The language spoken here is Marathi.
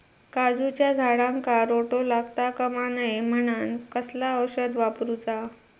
काजूच्या झाडांका रोटो लागता कमा नये म्हनान कसला औषध वापरूचा?